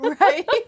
right